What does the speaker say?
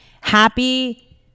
Happy